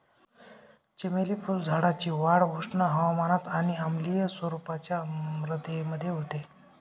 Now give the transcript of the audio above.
चमेली फुलझाडाची वाढ उष्ण हवामानात आणि आम्लीय स्वरूपाच्या मृदेमध्ये होते